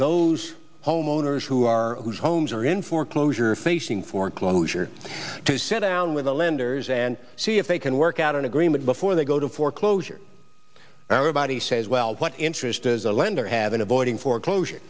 those homeowners who are whose homes are in foreclosure facing foreclosure to sit down with the lenders and see if they can work out an agreement before they go to foreclosure and everybody says well what interest as a lender have in avoiding foreclosure